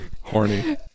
Horny